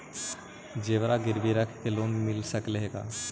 जेबर गिरबी रख के लोन मिल सकले हे का?